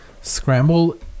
scramble